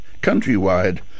countrywide